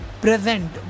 present